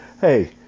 Hey